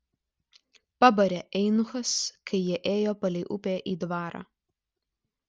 pabarė eunuchas kai jie ėjo palei upę į dvarą